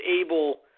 able